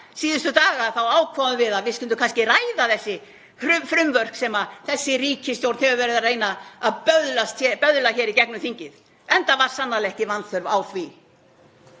Síðustu daga ákváðum við að við myndum kannski ræða þessi frumvörp sem ríkisstjórnin hefur verið að reyna að böðlast með í gegnum þingið, enda var sannarlega ekki vanþörf á því.